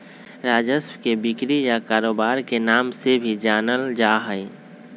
राजस्व के बिक्री या कारोबार के नाम से भी जानल जा हई